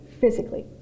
physically